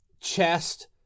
chest